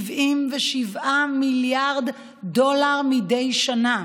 577מיליארד דולר מדי שנה.